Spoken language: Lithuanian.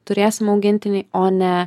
turėsim augintinį o ne